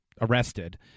arrested